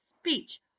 speech